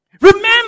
Remember